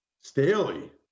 Staley